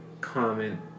comment